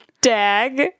dag